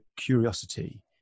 curiosity